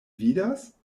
vidas